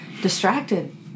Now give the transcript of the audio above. distracted